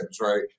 right